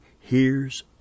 hears